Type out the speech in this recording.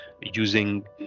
using